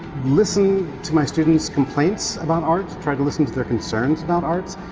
listen to my students' complaints about arts, try to listen to their concerns about arts.